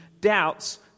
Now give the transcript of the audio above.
doubts